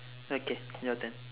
okay your turn